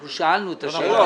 אנחנו שאלנו את השאלות.